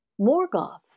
Morgoth